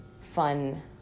fun